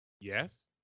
Yes